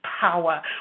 power